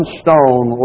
stone